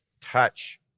touch